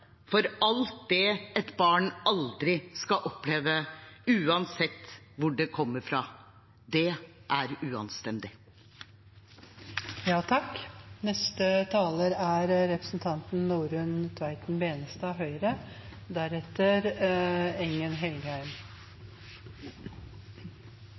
for alt det et barn aldri skal oppleve, uansett hvor det kommer fra. Det er